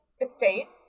estate